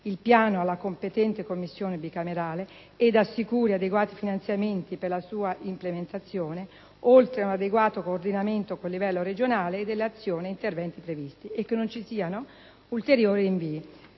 il Piano alla competente Commissione bicamerale e assicuri adeguati finanziamenti per la sua implementazione, oltre ad un adeguato coordinamento con il livello regionale delle azioni ed interventi previsti. Nel ringraziarla, signor